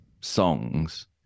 songs